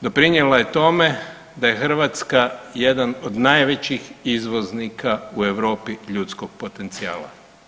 Doprinijela je tome da je Hrvatska jedan od najvećih izvoznika u Europi ljudskog potencijala.